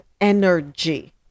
energy